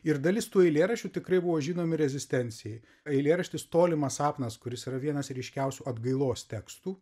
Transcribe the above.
ir dalis tų eilėraščių tikrai buvo žinomi rezistencijai eilėraštis tolimas sapnas kuris yra vienas ryškiausių atgailos tekstų